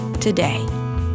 today